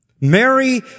Mary